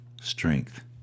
strength